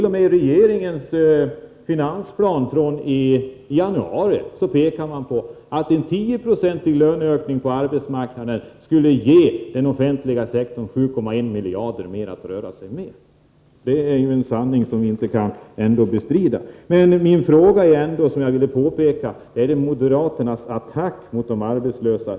T. o. m. i regeringens finansplan från januari pekas det på att en 10-procentig ökning på arbetsmarknaden skulle ge den offentliga sektorn 7,1 miljarder mer att röra sig med. Det är en sanning som vi inte kan bestrida! Men det jag ville peka på är just moderaternas attack mot de arbetslösa.